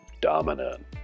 dominant